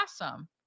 awesome